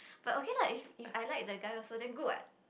but okay lah if if I like the guy also then good what